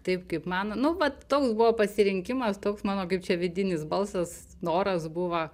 taip kaip man nu vat toks buvo pasirinkimas toks mano kaip čia vidinis balsas noras buvo